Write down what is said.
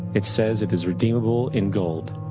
it says it is redeemable in gold.